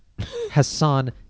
Hassan